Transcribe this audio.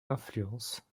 influence